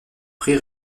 prix